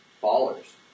followers